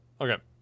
Okay